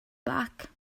back